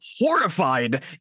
horrified